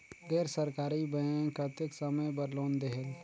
गैर सरकारी बैंक कतेक समय बर लोन देहेल?